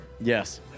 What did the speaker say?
Yes